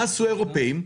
מה עשו האירופאים?